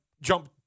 jump